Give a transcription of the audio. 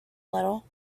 little